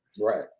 Right